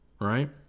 Right